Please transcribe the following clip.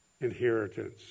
inheritance